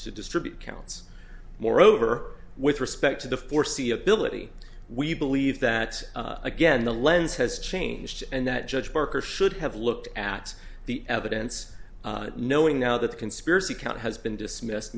to distribute counts moreover with respect to the foreseeability we believe that again the lens has changed and that judge parker should have looked at the evidence knowing now that the conspiracy count has been dismissed